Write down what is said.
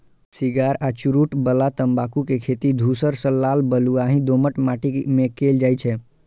cigar आ चुरूट बला तंबाकू के खेती धूसर सं लाल बलुआही दोमट माटि मे कैल जाइ छै